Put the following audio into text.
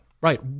right